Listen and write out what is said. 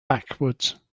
backwards